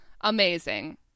amazing